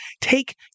take